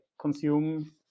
consume